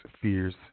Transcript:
fears